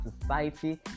society